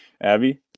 Abby